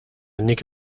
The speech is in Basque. nik